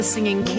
Singing